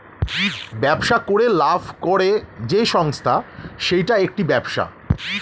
ব্যবসা করে লাভ করে যেই সংস্থা সেইটা একটি ব্যবসা